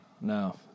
No